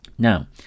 Now